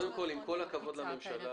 עם כל הכבוד לממשלה,